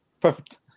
perfect